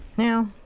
now